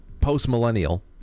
post-millennial